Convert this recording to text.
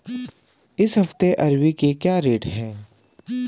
इस हफ्ते अरबी के क्या रेट हैं?